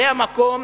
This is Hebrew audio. זה המקום